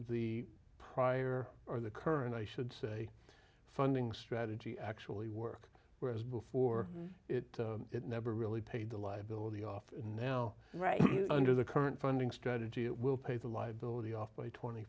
the prior or the current i should say funding strategy actually work whereas before it never really paid the liability off and now right under the current funding strategy it will pay the liability off by twenty